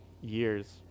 years